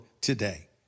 today